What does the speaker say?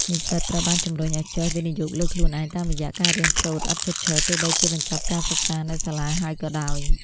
និស្សិតត្រូវបានជម្រុញឱ្យចេះ "វិនិយោគលើខ្លួនឯង" តាមរយៈការរៀនសូត្រឥតឈប់ឈរ ទោះបីជាបញ្ចប់ការសិក្សានៅសាលាហើយក៏ដោយ។